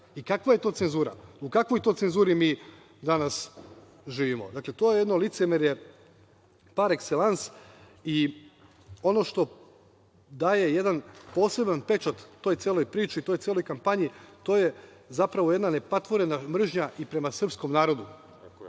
Kakva je to onda cenzura, u kakvoj to onda cenzuri mi danas živimo? Dakle, to je jedno licemerje par ekselans, a ono što daje jedan poseban pečat toj celoj priči, toj celoj kampanji, to je zapravo jedna nepatvorena mržnja i prema srpskom narodu